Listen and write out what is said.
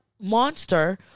monster